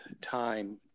time